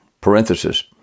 Parenthesis